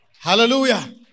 Hallelujah